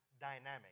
dynamic